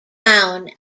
brown